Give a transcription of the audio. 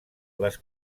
les